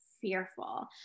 fearful